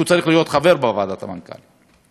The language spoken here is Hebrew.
כשהוא צריך להיות חבר בוועדת המנכ"לים.